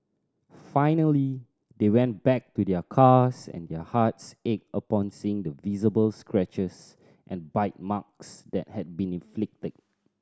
finally they went back to their cars and their hearts ached upon seeing the visible scratches and bite marks that had been inflicted